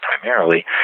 primarily